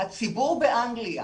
הציבור באנגליה